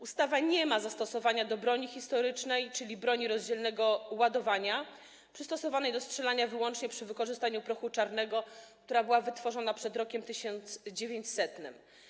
Ustawa nie ma zastosowania do broni historycznej, czyli broni rozdzielnego ładowania, przystosowanej do strzelania wyłącznie przy wykorzystaniu prochu czarnego, która była wytworzona przed rokiem 1900.